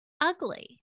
ugly